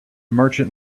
merchant